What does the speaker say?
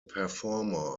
performer